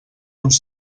uns